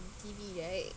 T_V right